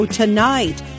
tonight